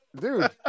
dude